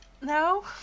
no